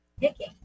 picking